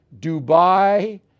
Dubai